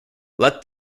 let